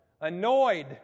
annoyed